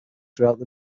throughout